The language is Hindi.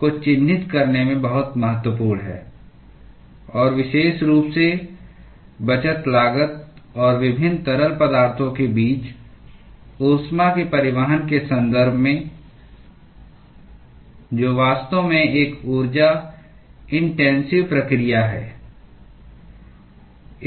को चिह्नित करने में बहुत महत्वपूर्ण है और विशेष रूप से बचत लागत और विभिन्न तरल पदार्थों के बीच ऊष्मा के परिवहन के संदर्भ में जो वास्तव में एक ऊर्जा इन्टेन्सिव प्रक्रिया है